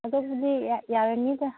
ꯑꯇꯣꯞꯄꯗꯤ ꯌꯥꯔꯅꯤꯗ